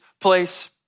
place